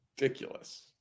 ridiculous